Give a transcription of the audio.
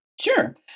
sure